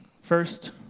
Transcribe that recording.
first